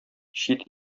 чит